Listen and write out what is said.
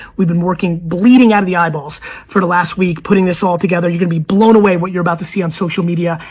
we've been working, bleeding out of the eyeballs for the last week, putting this all together. you're gonna be blown away what you're about to see on social media.